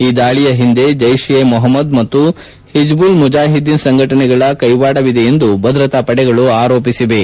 ಈ ದಾಳಿಯ ಹಿಂದೆ ಜೈಷ್ ಎ ಮೊಹಮದ್ ಮತ್ತು ಹಿಜುಬುಲ್ ಮುಜಾಹಿದ್ದೀನ್ ಸಂಘಟನೆಗಳ ಕೈವಾಡವಿದೆ ಎಂದು ಭದ್ರತಾ ಪಡೆಗಳು ಆರೋಪಿಸಿವೆ